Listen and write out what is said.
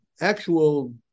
actual